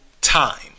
time